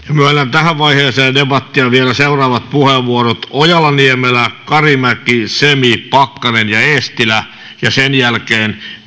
tähän vaiheeseen debattia vielä seuraavat puheenvuorot ojala niemelä karimäki semi pakkanen ja ja eestilä sen jälkeen